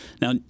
Now